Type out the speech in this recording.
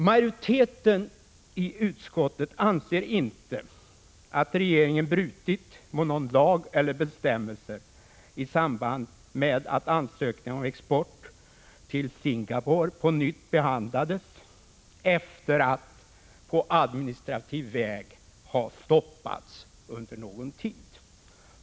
Majoriteten i utskottet anser inte att regeringen brutit mot någon lag eller några bestämmelser i samband med att ansökningen om export av vapen till Singapore på nytt behandlades efter att på administrativ väg ha stoppats under någon tid.